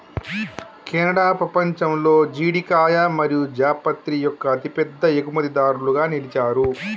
Canada పపంచంలో జీడికాయ మరియు జాపత్రి యొక్క అతిపెద్ద ఎగుమతిదారులుగా నిలిచారు